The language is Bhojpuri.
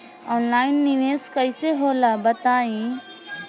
ऑनलाइन निवेस कइसे होला बताईं?